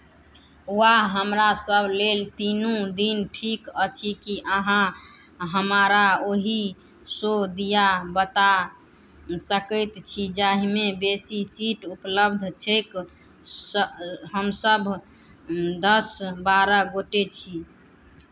वाह हमरासभ लेल तीनू दिन ठीक अछि की अहाँ हमरा ओहि शो दिया बता सकैत छी जाहिमे बेसी सीट उपलब्ध छैक स् हमसभ दस बारह गोटे छी